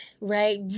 right